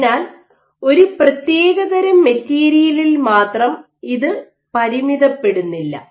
അതിനാൽ ഒരു പ്രത്യേകതരം മെറ്റീരിയലിൽ മാത്രം ഇത് പരിമിതപ്പെടുന്നില്ല